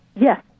Yes